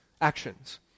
actions